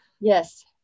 Yes